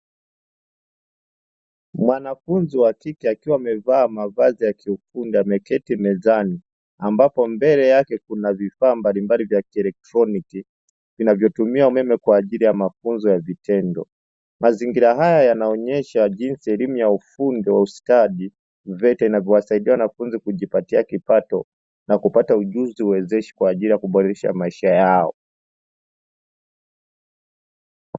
Mwanafunzi wa kike akiwa ameketi mezani